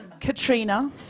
Katrina